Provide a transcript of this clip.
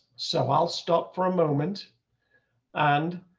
so i'll stop for a moment and